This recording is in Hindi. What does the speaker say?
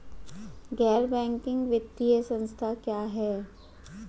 गैर बैंकिंग वित्तीय संस्था क्या है?